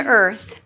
earth